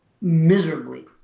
miserably